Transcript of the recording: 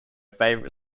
favourite